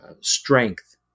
strength